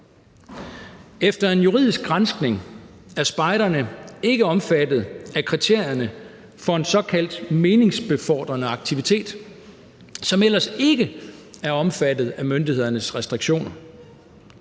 Efter en juridisk granskning er spejderne ikke omfattet af kriterierne for en såkaldt meningsbefordrende aktivitet, som ellers ikke er omfattet af myndighedernes restriktioner.